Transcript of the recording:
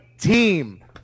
team